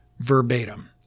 verbatim